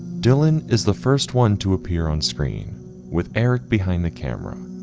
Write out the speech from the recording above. dylan is the first one to appear on screen with eric behind the camera,